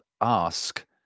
ask